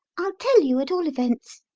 i'll tell you, at all events.